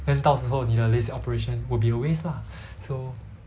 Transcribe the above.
then 到时候你的 lasik operation would be a waste lah so